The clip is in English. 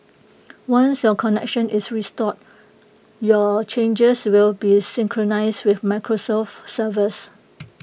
once your connection is restored your changes will be synchronised with Microsoft's servers